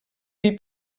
fill